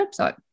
website